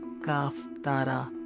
Kaftara